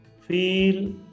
Feel